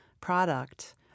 product